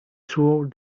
throughout